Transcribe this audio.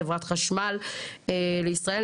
"חברת החשמל לישראל",